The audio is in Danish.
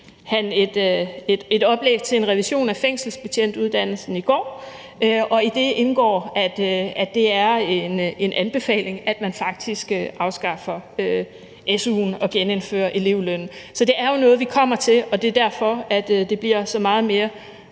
oversendte et oplæg til en revision af fængselsbetjentuddannelsen i går, og i det indgår, at det er en anbefaling, at man faktisk afskaffer su'en og genindfører elevlønnen. Så det er noget, vi kommer til, og det er derfor, det bliver så meget mere